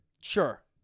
Sure